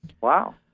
Wow